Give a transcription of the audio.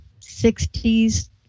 60s